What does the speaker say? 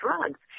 drugs